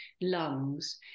lungs